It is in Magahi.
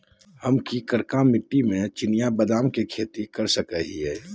हम की करका मिट्टी में चिनिया बेदाम के खेती कर सको है?